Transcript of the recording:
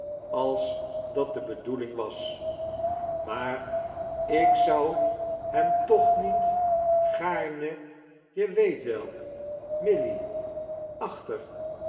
alls dat de bedoeling was maar ik zou hem toch niet gaaime je weet wel milly achter